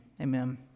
Amen